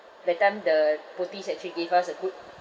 that time the Pothy's actually gave us a good